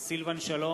סילבן שלום, נגד